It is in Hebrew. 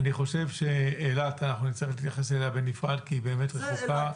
אני חושב שלאילת אנחנו נצטרך להתייחס בנפרד כי היא באמת רחוקה.